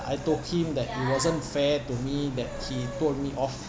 I told him that it wasn't fair to me that he told me off